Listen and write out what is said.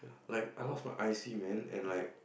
like I lost my I_C man and like